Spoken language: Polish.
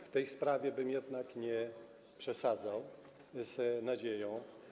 W tej sprawie bym jednak nie przesadzał z nadzieją.